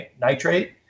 nitrate